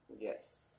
Yes